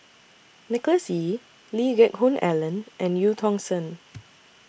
Nicholas Ee Lee Geck Hoon Ellen and EU Tong Sen